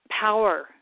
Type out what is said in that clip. power